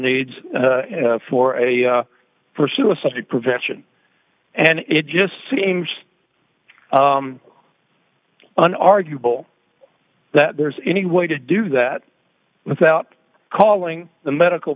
needs for a for suicide prevention and it just seems an arguable that there's any way to do that without calling the medical